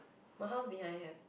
my house behind have